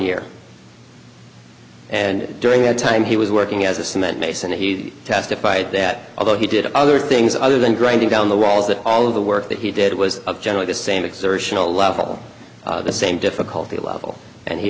year and during that time he was working as a cement mason he testified that although he did other things other than grinding down the walls that all of the work that he did was generally the same exertional level the same difficulty level and he